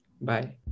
bye